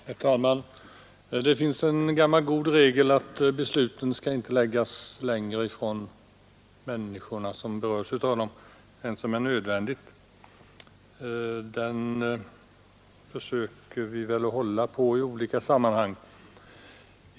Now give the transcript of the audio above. Herr talman! Det finns en gammal god regel, att besluten inte skall förläggas längre från de berörda människorna än som är nödvändigt, och den regeln försöker vi ju hålla på i olika sammanhang.